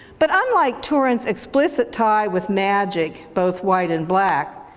but unlike turin's explicit tie with magic, both white and black,